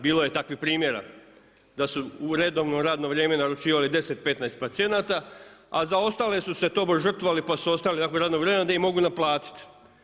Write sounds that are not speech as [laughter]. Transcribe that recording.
Bilo je takvih primjera, da su u redovno radno vrijeme naručivali 10, 15 pacijenata, a za ostale su se … [unintelligible] žrtvovali pa su ostali nakon radnog vremena da im mogu naplatiti.